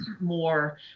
more